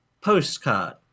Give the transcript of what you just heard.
postcard